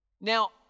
Now